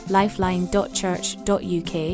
lifeline.church.uk